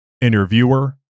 Interviewer